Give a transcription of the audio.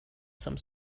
some